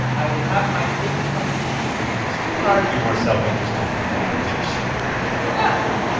i will have my payment when it is due it's pretty hard to be more self-interested than ebenezer scrooge sir,